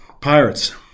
Pirates